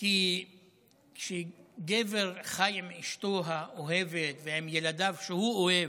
כי כשגבר חי עם אשתו האוהבת ועם ילדיו שהוא אוהב,